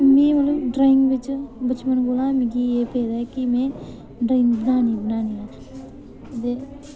में मतलब ड्राइंग बिच बचपन कोला गै मिगी एह् पेदा ऐ कि में ड्राइंग बनानी गै बनानी ऐ ते